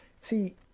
See